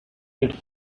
it’s